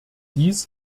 dies